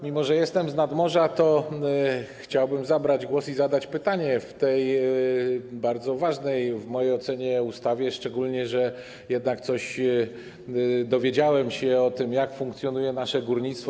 Mimo że jestem znad morza, to chciałbym zabrać głos i zadać pytanie w sprawie tej bardzo ważnej w mojej ocenie ustawy, szczególnie że jednak czegoś dowiedziałem się o tym, jak funkcjonuje nasze górnictwo.